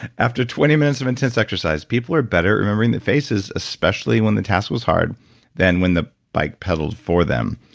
after twenty minutes of intense exercise, people are better at remembering the faces, faces, especially when the task was hard than when the bike pedals for them,